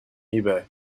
ebay